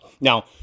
Now